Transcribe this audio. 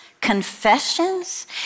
confessions